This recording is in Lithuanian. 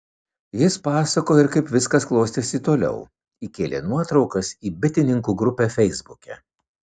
jis pasakoja ir kaip viskas klostėsi toliau įkėlė nuotraukas į bitininkų grupę feisbuke